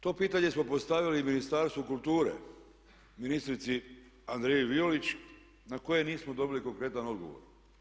To pitanje smo postavili i Ministarstvu kulture, ministrici Andrei Violić na nije koje nismo dobili konkretan odgovor.